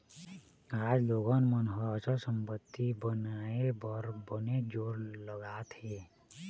आज लोगन मन ह अचल संपत्ति बनाए बर बनेच जोर लगात हें